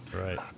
Right